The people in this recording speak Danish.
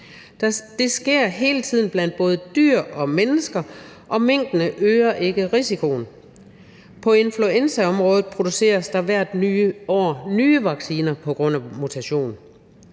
Det sker hele tiden blandt både dyr og mennesker, og minkene øger ikke risikoen. På influenzaområdet produceres der hvert år nye vacciner på grund af mutation.